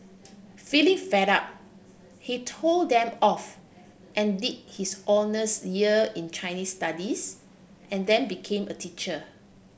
feeling fed up he told them off and did his honours year in Chinese Studies and then became a teacher